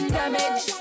damage